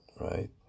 Right